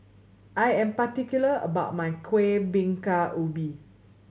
I am particular about my Kueh Bingka Ubi